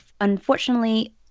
unfortunately